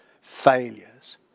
failures